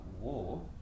war